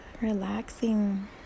relaxing